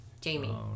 jamie